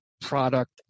product